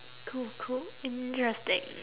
cool cool interesting